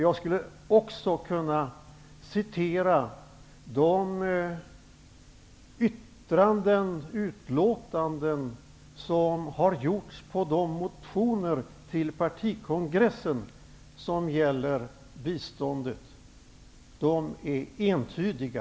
Jag skulle också kunna citera yttranden och utlåtanden som gjorts om de motioner till partikongressen som gäller biståndet. De är entydiga.